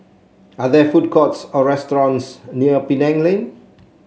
are there food courts or restaurants near Penang Lane